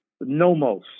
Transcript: nomos